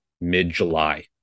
mid-July